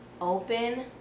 Open